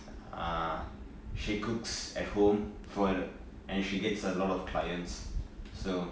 ah she cooks at home for her and she gets a lot of clients so